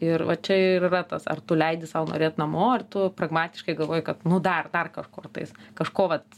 ir va čia ir yra tas ar tu leidi sau norėt namo ar tu pragmatiškai galvoji kad nu dar dar kažkurtais kažko vat